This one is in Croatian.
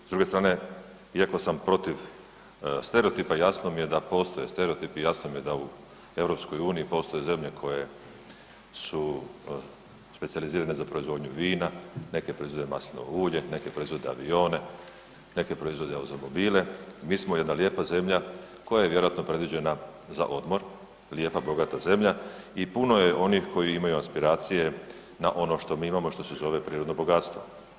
S druge strane iako sam protiv stereotipa jasno mi je da postoje stereotipi, jasno mi je da u EU postoje zemlje koje su specijalizirane za proizvodnju vina, neke proizvode maslinovo ulje, neke proizvode avione, neke proizvode automobile, mi smo jedna lijepa zemlja koja je vjerojatno predviđena za odmor, lijepa, bogata zemlja i puno je onih koji imaju aspiracije na ono što mi imamo, što se zove prirodno bogatstvo.